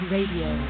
Radio